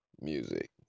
music